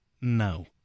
no